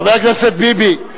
חבר הכנסת ביבי,